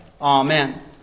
Amen